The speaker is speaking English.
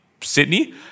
Sydney